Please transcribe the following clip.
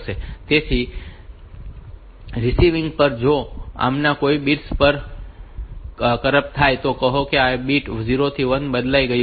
તેથી receiving end પર જો આમાંના કોઈપણ બિટ્સ કરપ્ટ થાય તો કહો કે આ બીટ 0 થી 1 બદલાઈ ગયું છે